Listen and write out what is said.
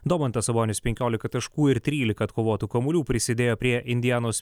domantas sabonis penkiolika taškų ir trylika atkovotų kamuolių prisidėjo prie indianos